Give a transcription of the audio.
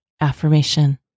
affirmation